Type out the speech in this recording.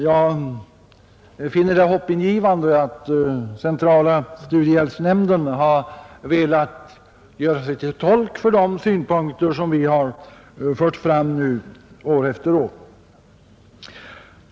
Jag finner det hoppingivande att centrala studiehjälpsnämnden velat göra sig till tolk för den ståndpunkt som vi fört fram år efter år.